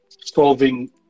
solving